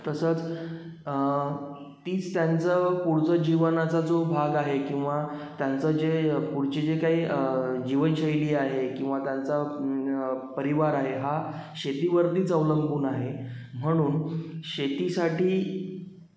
तसंच तीच त्यांचं पुढचं जीवनाचं जो भाग आहे किंवा त्यांचं जे पुढचं जे काही जीवनशैली आहे किंवा त्यांचा परिवार आहे हा शेतीवरतीच अवलंबून आहे म्हणून शेतीसाठी